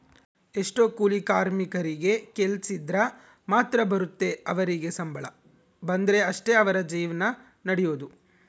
ಎಷ್ಟೊ ಕೂಲಿ ಕಾರ್ಮಿಕರಿಗೆ ಕೆಲ್ಸಿದ್ರ ಮಾತ್ರ ಬರುತ್ತೆ ಅವರಿಗೆ ಸಂಬಳ ಬಂದ್ರೆ ಅಷ್ಟೇ ಅವರ ಜೀವನ ನಡಿಯೊದು